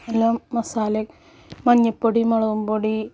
നല്ലോണം മസാല മഞ്ഞപ്പൊടി മുളകുംപൊടി